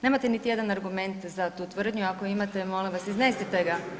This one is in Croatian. Nemate niti jedan argument za tu tvrdnju, ako imate molim vas iznesite ga.